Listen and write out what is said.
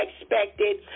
expected